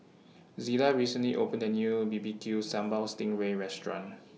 Zillah recently opened A New B B Q Sambal Sting Ray Restaurant